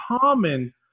common